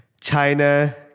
China